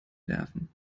werfen